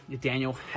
Daniel